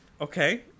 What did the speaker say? Okay